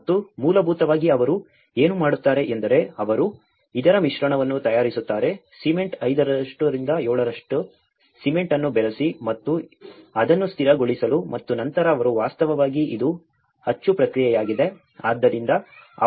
ಮತ್ತು ಮೂಲಭೂತವಾಗಿ ಅವರು ಏನು ಮಾಡುತ್ತಾರೆ ಎಂದರೆ ಅವರು ಇದರ ಮಿಶ್ರಣವನ್ನು ತಯಾರಿಸುತ್ತಾರೆ ಸಿಮೆಂಟ್ 5 ರಿಂದ 7 ರಷ್ಟು ಸಿಮೆಂಟ್ ಅನ್ನು ಬೆರೆಸಿ ಮತ್ತು ಅದನ್ನು ಸ್ಥಿರಗೊಳಿಸಲು ಮತ್ತು ನಂತರ ಅವರು ವಾಸ್ತವವಾಗಿ ಇದು ಅಚ್ಚು ಪ್ರಕ್ರಿಯೆಯಾಗಿದೆ